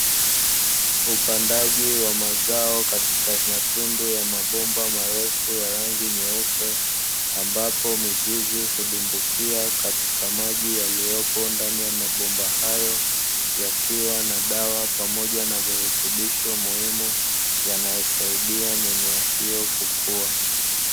Upandaji wa mazao katika matundu ya mabomba marefu ya rangi nyeupe ambapo mizizi hudumbukia katika maji yaliyopo ndani ya mabomba hayo, yakiwa na dawa pamoja na virutubisho muhimu yanayosaidia mimea hiyo kukua.